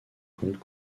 comptes